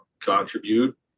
contribute